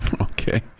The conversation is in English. Okay